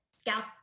Scouts